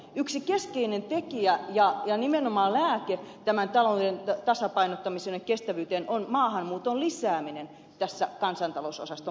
yksi keskeinen tekijä ja nimenomaan lääke tämän talouden tasapainottamiseen ja kestävyyteen on maahanmuuton lisääminen tässä kansantalousosaston paperissa